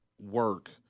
work